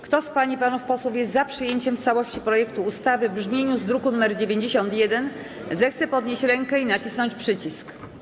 Kto z pań i panów posłów jest za przyjęciem w całości projektu ustawy w brzmieniu z druku nr 91, zechce podnieść rękę i nacisnąć przycisk.